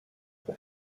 for